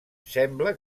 sembla